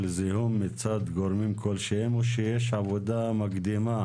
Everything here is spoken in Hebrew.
זיהום מצד גורמים כלשהם או שיש עבודה מקדימה